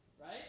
Right